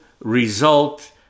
result